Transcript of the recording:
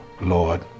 Lord